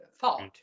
thought